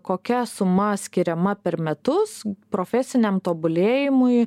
kokia suma skiriama per metus profesiniam tobulėjimui